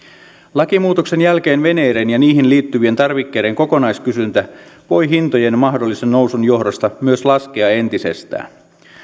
lakimuutoksen jälkeen veneiden ja niihin liittyvien tarvikkeiden kokonaiskysyntä voi hintojen mahdollisen nousun johdosta myös laskea entisestään